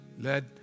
Led